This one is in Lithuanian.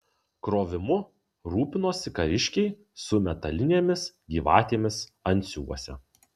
krovimu rūpinosi kariškiai su metalinėmis gyvatėmis antsiuvuose